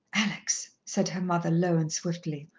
alex, said her mother low and swiftly,